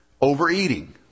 Overeating